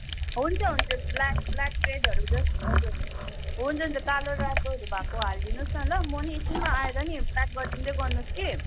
हुन्छ हुन्छ black black रेडहरू जस् हजुर हुन्छ हुन्छ कालो रातोहरू भएको हालिदिनुहोस् न ल म नि एकछिनमा आएर नि प्याक गरिदिँदै गर्नुहोस् कि